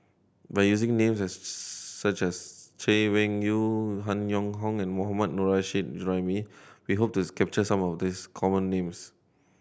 by using names such as Chay Weng Yew Han Yong Hong and Mohammad Nurrasyid Juraimi we hope to capture some of these common names